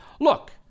Look